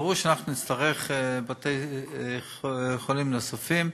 ברור שאנחנו נצטרך בתי-חולים נוספים,